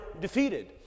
defeated